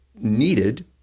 needed